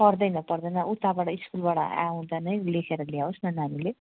पर्दैन पर्दैन उताबाट स्कुलबाट आउँदा नै लेखेर ल्याओस् न नानीले